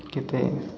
କେତେ